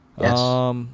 Yes